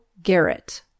Garrett